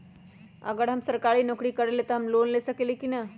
अगर हम सरकारी नौकरी करईले त हम लोन ले सकेली की न?